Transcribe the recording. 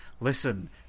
Listen